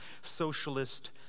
socialist